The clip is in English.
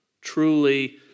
Truly